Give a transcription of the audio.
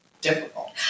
difficult